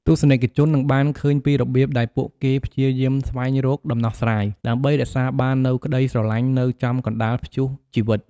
ទស្សនិកជននឹងបានឃើញពីរបៀបដែលពួកគេព្យាយាមស្វែងរកដំណោះស្រាយ ដើម្បីរក្សាបាននូវក្តីស្រឡាញ់នៅចំកណ្តាលព្យុះជីវិត។